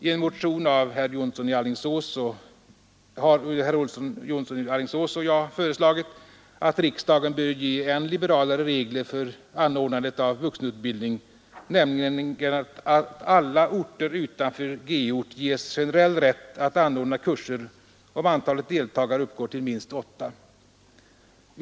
I en motion har herr Jonsson i Alingsås och jag föreslagit att riksdagen bör ge än liberalare regler för anordnande av vuxenutbildning, nämligen att alla orter utanför g-ort får generell rätt att anordna kurser om antalet deltagare uppgår till minst 8.